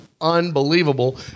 unbelievable